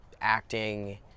acting